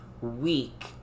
week